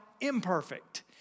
imperfect